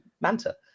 Manta